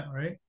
Right